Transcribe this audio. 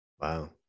wow